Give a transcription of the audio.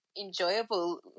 enjoyable